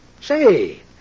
Say